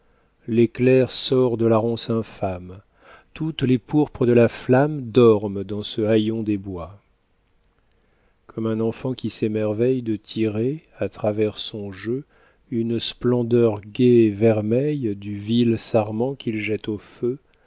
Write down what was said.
l'éclair sort de la ronce infâme toutes les pourpres de la flamme dorment dans ce haillon des bois comme un enfant qui s'émerveille de tirer à travers son jeu une splendeur gaie et vermeille du vil sarment qu'il jette au feu